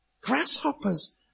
grasshoppers